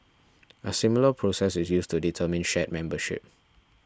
a similar process is used to determine shard membership